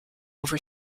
over